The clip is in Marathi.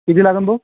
किती लागेल भाऊ